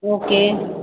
okay